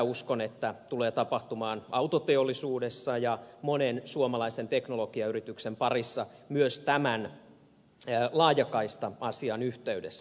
uskon että sitä tulee tapahtumaan autoteollisuudessa ja monen suomalaisen teknologiayrityksen parissa myös tämän laajakaista asian yhteydessä